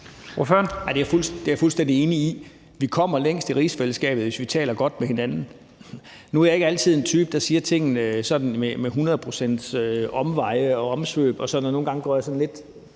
Det er jeg fuldstændig enig i. Vi kommer længst i rigsfællesskabet, hvis vi taler godt med hinanden. Nu er jeg typen, der ofte siger tingene uden omsvøb og uden at gå omveje, og nogle gange går jeg lidt